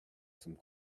some